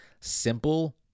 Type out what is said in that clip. simple